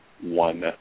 one